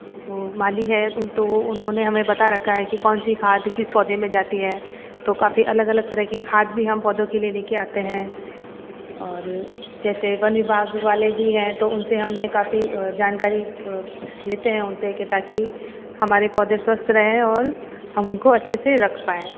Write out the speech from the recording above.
वो माली है तो उन्होंने हमें बता रखा है कि कौनसी खाद किस पौधे में जाती है तो काफ़ी अलग अलग तरह की खाद भी हम पौधों के लिए लेके आते हैं और जैसे वन विभाग वाले भी हैं तो उनसे हमने काफ़ी जानकारी लेते हैं उनसे ताकि हमारे पौधे स्वस्थ रहें और हम उनको अच्छे से रख पाएँ